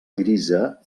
grisa